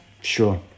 Sure